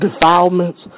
defilements